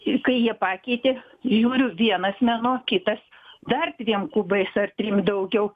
ir kai jie pakeitė žiūriu vienas mėnuo kitas dar dviem kubais ar trim daugiau